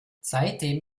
seitdem